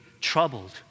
troubled